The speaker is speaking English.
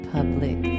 Public